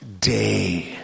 day